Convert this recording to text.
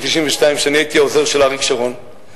כשאני הייתי העוזר של אריק שרון,